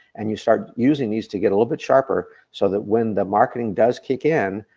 and you start using these to get a little bit sharper, so that when the marketing does kick in,